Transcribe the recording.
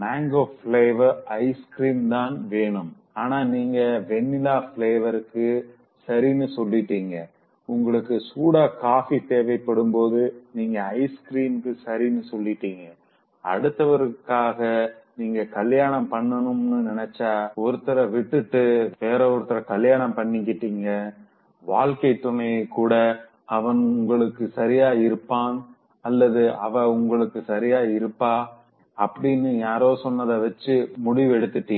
mango flavour ice cream தான் வேணும் ஆனா நீங்க வெண்ணிலா பிளேவர்க்கு செரினு சொல்லிட்டீங்க உங்களுக்கு சூடா காபி தேவைப்படும்போது நீங்க ஐஸ்கிரீமுக்கு சரின்னு சொல்லிட்டிங்க அடுத்தவருக்காக நீங்க கல்யாணம் பண்ணனும்னு நெனச்ச ஒருத்தர விட்டுட்டு வேற ஒருத்தர கல்யாணம் பண்ணிக்கிட்டிங்கவாழ்க்கைத்துணைய கூட அவன் உங்களுக்கு சரியா இருப்பான் அல்லது அவ உங்களுக்கு சரியாக இருப்பா அப்படின்னு யாரோ சொன்னத வச்சு முடிவெடுத்திட்டிங்க